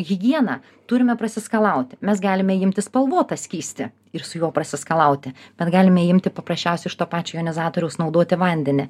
higieną turime prasiskalauti mes galime imti spalvotą skystį ir su juo prasiskalauti bet galime imti paprasčiausiai iš to pačio jonizatoriaus naudoti vandenį